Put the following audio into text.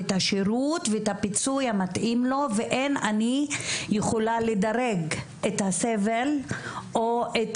את השירות ואת הפיצוי המתאים ואין אני יכולה לדרג את הסבל או את